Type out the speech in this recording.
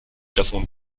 davon